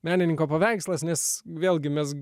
menininko paveikslas nes vėlgi mes